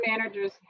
managers